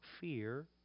fear